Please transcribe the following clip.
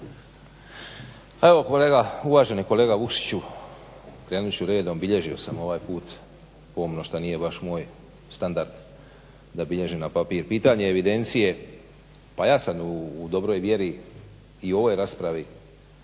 evo uvaženi kolega Vukšiću krenut ću redom, bilježio sam ovaj put pomno šta nije baš moj standard da bilježim na papir. Pitanje evidencije, pa ja sam u dobroj vjeri i u ovoj raspravi